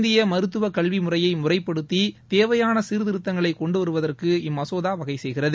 இந்திய மருத்துவ கல்வி முறையை முறைப்படுத்தி தேவையான சீர்திருத்தங்களை கொண்டு வருவதற்கு இம்மசோதா வகைசெய்கிறது